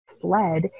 fled